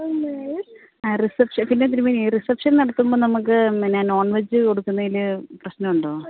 ആ റിസെപ്ഷൻ പിന്നെ തിരുമേനി ഈ റിസെപ്ഷൻ നടത്തുമ്പം നമുക്ക് പിന്നെ നോൺ വെജ് കൊടുക്കുന്നതിൽ പ്രശ്നം ഉണ്ടോ